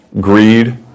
greed